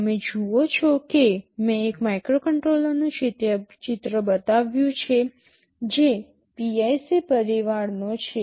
તમે જુઓ છો કે મેં એક માઇક્રોકન્ટ્રોલરનું ચિત્ર બતાવ્યું છે જે PIC પરિવારનો છે